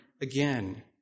again